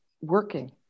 working